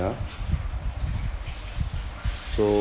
yeah so